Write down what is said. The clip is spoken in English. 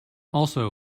also